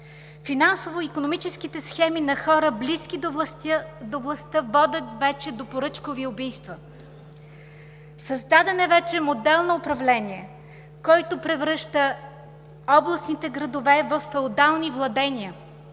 Финансово-икономическите схеми на хора, близки до властта, водят вече до поръчкови убийства. Създаден е вече модел на управление, който превръща областните градове във феодални владения